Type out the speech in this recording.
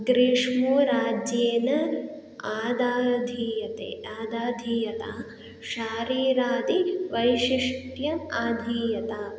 ग्रीष्मो राज्येन आदधीयत आदधीयत शारीरादिवैशिष्ट्यम् आधीयत